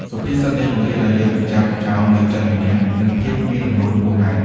សុភាសិតនេះបង្រៀនឱ្យយើងកម្ចាត់ចោលនូវចិត្តមានះ និងភាពមានអំនួតហួសហេតុ។